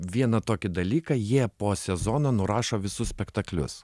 vieną tokį dalyką jie po sezono nurašo visus spektaklius